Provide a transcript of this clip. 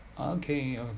okay